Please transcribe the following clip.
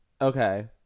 okay